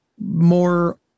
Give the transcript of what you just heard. more